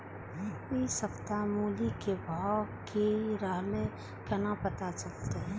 इ सप्ताह मूली के भाव की रहले कोना पता चलते?